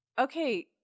okay